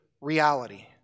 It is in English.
reality